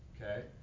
okay